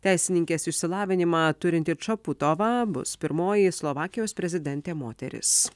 teisininkės išsilavinimą turinti čaputova bus pirmoji slovakijos prezidentė moteris